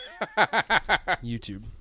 YouTube